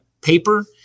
paper